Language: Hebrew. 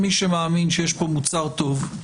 מי שמאמין שיש פה מוצר טוב,